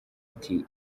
ati